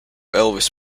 elvis